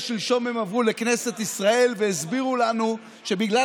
ושלשום הם עברו לכנסת ישראל והסבירו לנו שבגלל